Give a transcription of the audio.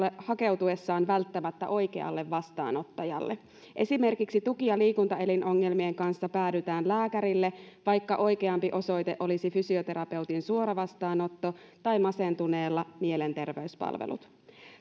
hakeutuessaan välttämättä oikealle vastaanottajalle esimerkiksi tuki ja liikuntaelinongelmien kanssa päädytään lääkärille vaikka oikeampi osoite olisi fysioterapeutin suora vastaanotto tai masentuneella mielenterveyspalvelut